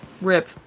rip